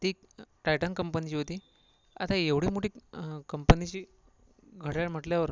ती टायटन कंपनीची होती आता एवढी मोठी कंपनीची घड्याळ म्हटल्यावर